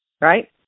Right